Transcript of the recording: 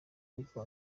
ariko